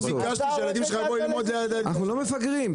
לא ביקשתי שהילדים שלך יבואו ללמוד ליד --- אנחנו לא מפגרים.